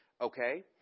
Okay